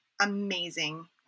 amazing